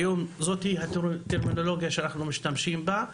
זאת הטרמינולוגיה שאנחנו משתמשים בה,